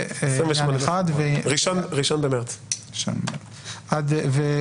בסעיף קטן (א), במקום "אלא אם כן